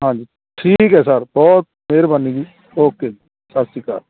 ਹਾਂਜੀ ਠੀਕ ਹੈ ਸਰ ਬਹੁਤ ਮਿਹਰਬਾਨੀ ਜੀ ਓਕੇ ਜੀ ਸਤਿ ਸ਼੍ਰੀ ਅਕਾਲ